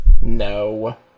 No